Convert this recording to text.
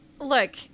Look